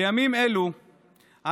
בימים אלו אנו,